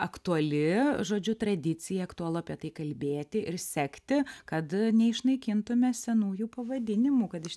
aktuali žodžiu tradicija aktualu apie tai kalbėti ir sekti kad neišnaikintume senųjų pavadinimų kad iš